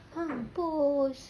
mampus